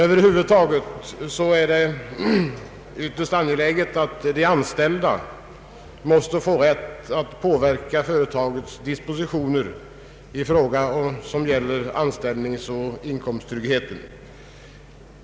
Över huvud taget är det ytterst angeläget att de anställda får rätt att påverka företagets dispositioner i frågor som gäller anställningsoch inkomsttryggheten.